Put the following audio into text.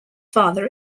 father